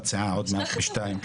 הרמתי לו להנחתה.